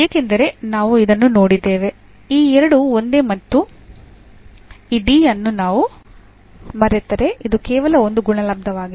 ಏಕೆಂದರೆ ನಾವು ಇದನ್ನು ನೋಡಿದ್ದೇವೆ ಈ ಎರಡು ಒಂದೇ ಮತ್ತು ಈ D ಅನ್ನು ನಾವು ಮರೆತರೆ ಇದು ಕೇವಲ ಇದರ ಗುಣಲಬ್ದವಾಗಿದೆ